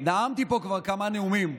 נאמתי פה כבר כמה נאומים,